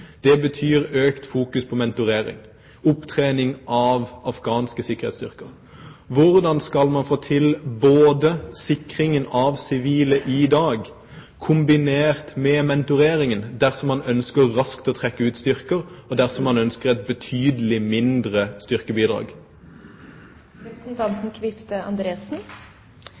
det militære. Det betyr økt fokus på mentorering, opptrening av afghanske sikkerhetsstyrker. Hvordan skal man få til både sikringen av sivile i dag, kombinert med mentoreringen, dersom man raskt ønsker å trekke ut styrker, og dersom man ønsker et betydelig mindre